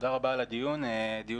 של מחקרים -- צריך